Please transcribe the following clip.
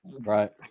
Right